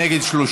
(התיישנות),